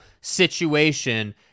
situation